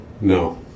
no